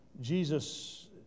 Jesus